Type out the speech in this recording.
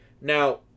Now